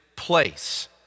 place